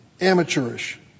amateurish